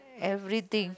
everything